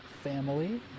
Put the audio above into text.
family